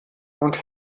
und